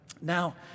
now